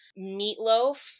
Meatloaf